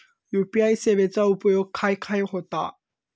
UPI सेवेचा उपयोग खाय खाय होता?